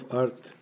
earth